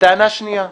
טענה שנייה: